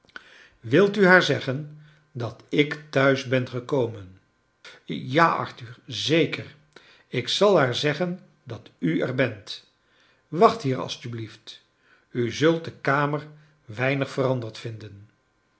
wilt u haar zeggen dat ik thuia ben gekomen ja arthur zeker ik zal haar zeggen dat u er bent wacht hier alstublieft u zult de kamer weinig veranderd vinden